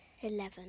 Eleven